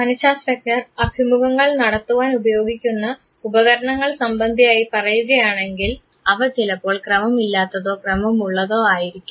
മനശാസ്ത്രജ്ഞർ അഭിമുഖങ്ങൾ നടത്തുവാൻ ഉപയോഗിക്കുന്ന ഉപകരണങ്ങൾ സംബന്ധിയായി പറയുകയാണെങ്കിൽ അവ ചിലപ്പോൾ ക്രമം ഇല്ലാത്തതോ ക്രമം ഉള്ളതോ ആയിരിക്കും